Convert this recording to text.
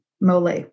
Mole